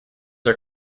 are